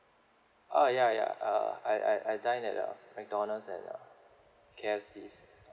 oh ya ya uh I I I dine at uh mcdonald's and uh K_F_C